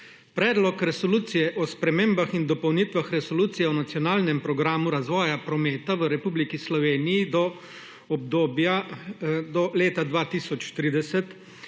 predlog resolucije o spremembah in dopolnitvah resolucije o nacionalnem programu razvoja prometa v Republiki Sloveniji za